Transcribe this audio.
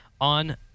on